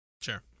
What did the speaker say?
sure